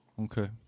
Okay